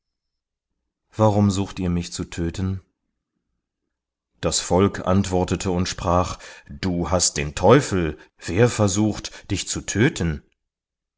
warum sucht ihr mich zu töten das volk antwortete und sprach du hast den teufel wer versucht dich zu töten